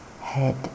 head